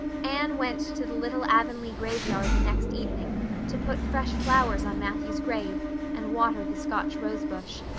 anne went to the little avonlea graveyard the next evening to put fresh flowers on matthew's grave and water the scotch rosebush.